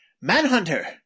Manhunter